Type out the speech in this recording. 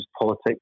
politics